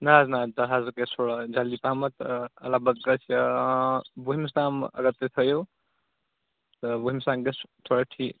نہ حظ نہ دَہ حظ گژھِ تھوڑا جَلدی پَہمَتھ لگ بگ گَژھِ وُہِمِس تام اگر تُہۍ تھٲیِو تہٕ وُہِمِس تام گَژھِ تھوڑا ٹھیٖک